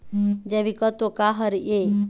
जैविकतत्व का हर ए?